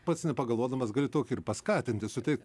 pats nepagalvodamas gali tokį ir paskatinti suteikt